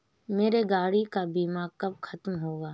मेरे गाड़ी का बीमा कब खत्म होगा?